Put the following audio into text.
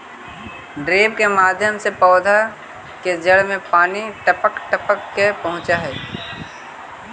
drip के माध्यम से पौधा के जड़ में पानी टपक टपक के पहुँचऽ हइ